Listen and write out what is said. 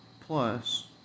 plus